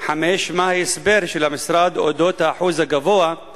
5. מה ההסבר של המשרד לאחוז הגבוה של